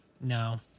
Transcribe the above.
No